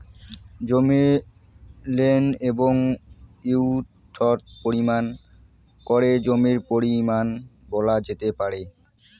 জমির লেন্থ এবং উইড্থ পরিমাপ করে জমির পরিমান বলা যেতে পারে